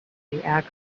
accidents